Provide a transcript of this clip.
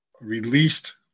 released